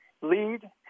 lead